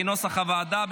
כנוסח הוועדה,